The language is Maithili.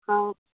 हँ